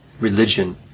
religion